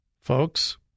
Folks